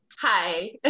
hi